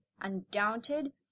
undaunted